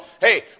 Hey